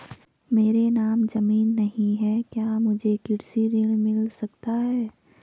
मेरे नाम ज़मीन नहीं है क्या मुझे कृषि ऋण मिल सकता है?